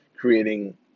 creating